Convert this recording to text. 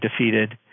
defeated